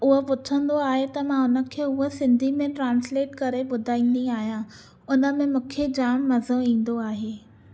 उहो पुछिन्दो आहे त मां हुनखे हुअ सिन्धीअ में ट्रान्स्लेट करे ॿुधाईन्दी आहियां उनमें मूंखे जाम मज़ो ईन्दो आहे